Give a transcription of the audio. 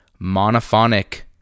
monophonic